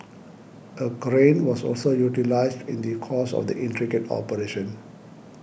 a crane was also utilised in the course of the intricate operation